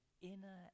inner